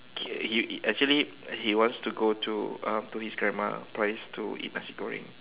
he he actually he wants to go to uh to his grandma place to eat nasi goreng